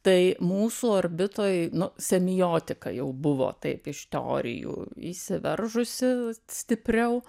tai mūsų orbitoj nu semiotika jau buvo taip iš teorijų įsiveržusi stipriau